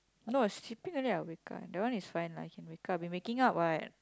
no sleeping only I waking up that one is fine lah I've been waking up what